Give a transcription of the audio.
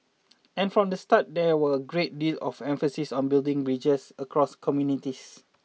and from the start there were a great deal of emphasis on building bridges across communities